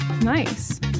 Nice